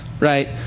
right